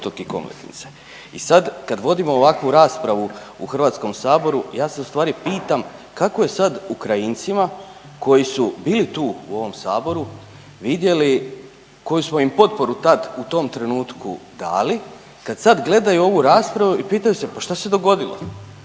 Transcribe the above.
I sada kada vodimo ovakvu raspravu u Hrvatskom saboru ja se ustvari pitam kako je sada Ukrajincima koji su bili tu u ovom Saboru vidjeli koju smo im potporu tada u tom trenutku dali, kada sada gledaju ovu raspravu i pitaju se pa što se dogodilo,